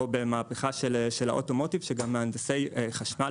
או במהפכה של האוטומוטיב שגם מהנדסי חשמל